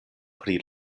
pri